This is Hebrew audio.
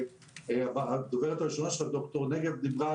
20 בדצמבר 2021. חברים וחברות,